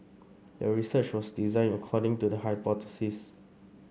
the research was designed according to the hypothesis